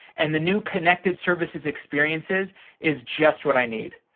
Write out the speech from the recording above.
and the new connected services experiences is just what i need.